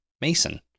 Mason